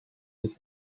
cette